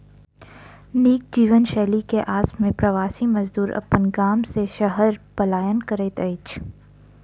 नीक जीवनशैली के आस में प्रवासी मजदूर अपन गाम से शहर पलायन करैत अछि